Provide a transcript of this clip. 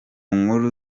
nkuru